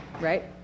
Right